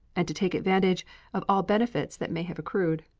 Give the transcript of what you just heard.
and to take advantage of all benefits that may have accrued.